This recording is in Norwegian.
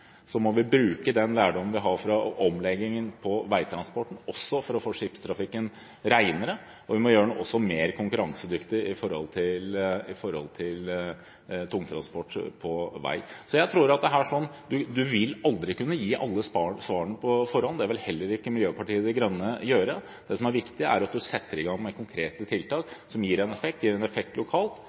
må vi bruke den lærdommen vi har fra omleggingen av veitransporten, også for å få skipstrafikken renere. Vi må også gjøre den mer konkurransedyktig i forhold til tungtransport på vei. Man vil aldri kunne gi alle svarene på forhånd – det vil heller ikke Miljøpartiet De Grønne kunne gjøre. Det som er viktig, er at man setter i gang med konkrete tiltak som gir en effekt